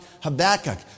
Habakkuk